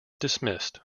dismissed